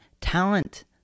Talent